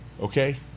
okay